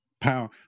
Power